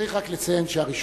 צריך רק לציין שהראשון-לציון,